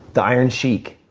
the iron sheik.